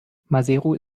maseru